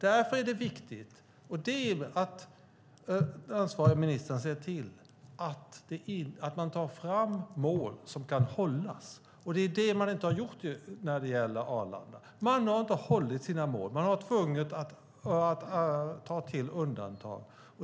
Det är viktigt att ansvarig minister ser till att man tar fram mål som kan hållas. Det har man inte gjort när det gäller Arlanda. Man har inte hållit målen. Man har varit tvungen att göra undantag.